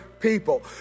people